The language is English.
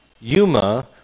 Yuma